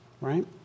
right